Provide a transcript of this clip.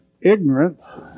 ignorance